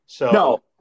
No